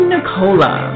Nicola